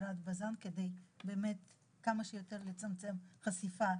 לסגירת בזן כדי כמה שיותר לצמצם חשיפה.